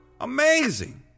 amazing